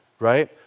right